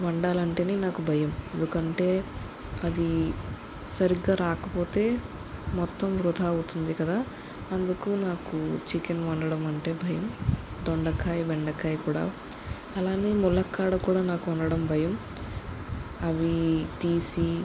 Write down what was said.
వంట వండాలి అంటేనే నాకు భయం ఎందుకంటే అది సరిగ్గా రాకపోతే మొత్తం వృధా అవుతుంది కదా అందుకు నాకు చికెన్ వండడం అంటే భయం దొండకాయ బెండకాయ కూడా అలానే ములక్కాడ కూడా నాకు వండడం భయం అవి తీసి